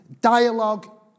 dialogue